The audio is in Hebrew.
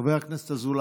חבר הכנסת אזולאי,